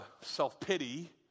self-pity